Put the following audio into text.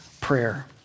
prayer